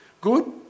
Good